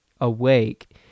awake